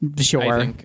Sure